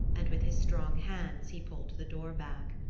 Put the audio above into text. and with his strong hands he pulled the door back.